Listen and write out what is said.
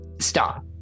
Stop